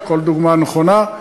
כל דוגמה נכונה,